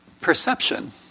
perception